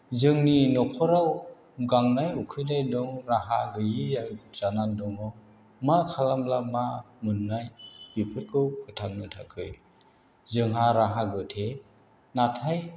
जोंनि न'खराव गांनाय उखैनाय दं राहा गैयि जानानै दङ मा खालामब्ला मा मोननाय बेफोरखौ फोथांनो थाखाय जोंहा राहा गोथे नाथाय